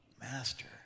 Master